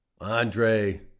Andre